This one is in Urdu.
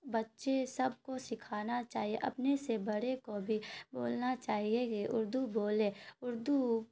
بچے سب کو سکھانا چاہیے اپنے سے بڑے کو بھی بولنا چاہیے کہ اردو بولے اردو